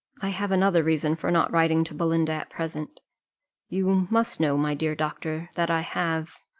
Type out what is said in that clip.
i have another reason for not writing to belinda at present you must know, my dear doctor, that i have,